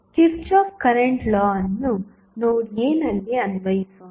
Kirchhoff current law ಅನ್ನು ನೋಡ್ a ನಲ್ಲಿ ಅನ್ವಯಿಸೋಣ